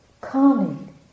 calming